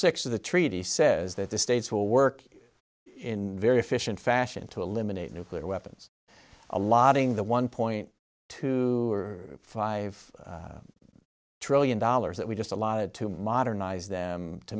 six of the treaty says that the states will work in very efficient fashion to eliminate nuclear weapons allotting the one point two five trillion dollars that we just a lot of to modernize them to